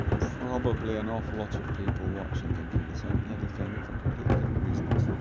probably and awful lot of people watching thinking the same bloody thing for completely different reasons